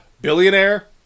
Billionaire